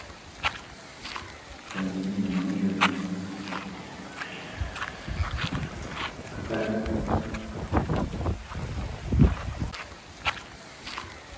समझी गेआ समझी गेआ